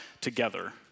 together